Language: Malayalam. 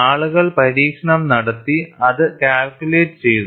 ആളുകൾ പരീക്ഷണം നടത്തി അത് കാൽക്കുലേറ്റ് ചെയ്തു